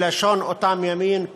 בלשון אותם ימים,